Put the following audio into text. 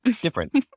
different